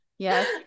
Yes